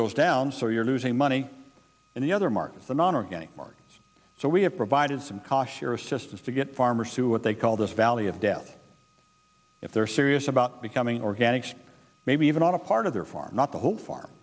goes down so you're losing money and the other markets the non organic market so we have provided some cochere assistance to get farmers to what they all this valley of death if they're serious about becoming organics maybe even on a part of their farm not the whole farm